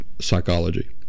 psychology